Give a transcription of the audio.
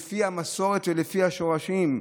לפי המסורת ולפי השורשים,